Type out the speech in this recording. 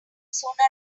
sooner